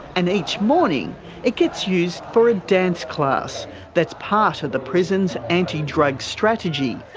and each morning it gets used for a dance class that's part of the prisons' anti-drug strategy.